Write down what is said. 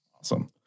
Awesome